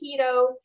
keto